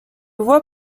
voit